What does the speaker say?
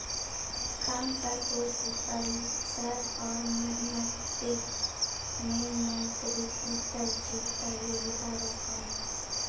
कम परपोषी परिसर और मट्टी में नियंत्रित उत्तर जीविता योग्यता रखो हइ